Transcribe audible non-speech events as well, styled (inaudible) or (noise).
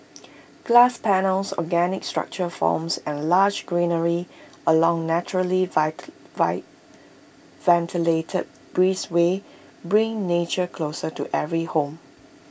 glass panels organic structural forms and lush greenery along naturally (unintelligible) ventilated breezeways bring nature closer to every home